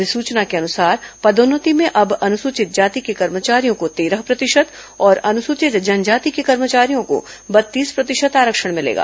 अधिसूचना के अनुसार पदोन्नति में अब अनुसूचित जाति के कर्मचारियों को तेरह प्रतिशत और अनुसूचित जनजाति के कर्मचारियों को बत्तीस प्रतिशत आरक्षण मिलेगा